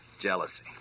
Jealousy